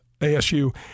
ASU